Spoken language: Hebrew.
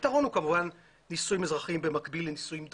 הפתרון הוא כמובן נישואים אזרחיים במקביל לנישואים דתיים,